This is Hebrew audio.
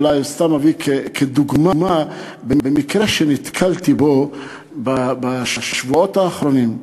אולי סתם אביא כדוגמה מקרה שנתקלתי בו בשבועות האחרונים,